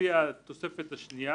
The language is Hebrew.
לפי התוספת השנייה